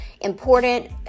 important